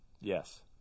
Yes